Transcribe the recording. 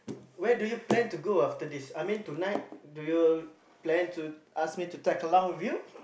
where do you plan to go after this I mean tonight do you plan to ask me to tag along with you